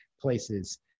places